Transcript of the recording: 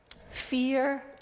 fear